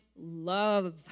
love